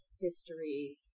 history